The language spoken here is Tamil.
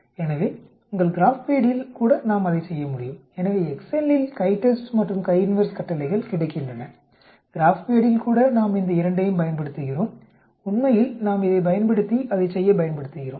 எனவே உங்கள் கிராப்பேடில் கூட நாம் அதைச் செய்ய முடியும் எனவே எக்செல் இல் CHI TEST மற்றும் CHI INVERSE கட்டளைகள் கிடைக்கின்றன கிராப்பேடில் கூட நாம் இந்த இரண்டையும் பயன்படுத்துகிறோம் உண்மையில் நாம் இதைப் பயன்படுத்தி அதைச் செய்யப் பயன்படுத்துகிறோம்